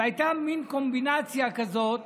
הייתה מין קומבינציה כזאת